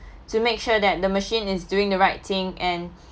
to make sure that the machine is doing the right thing and